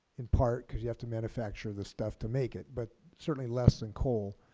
in part, because you have to manufacture the stuff to make it. but certainly less than coal.